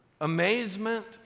amazement